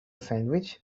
sandwich